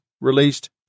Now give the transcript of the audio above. released